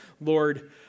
Lord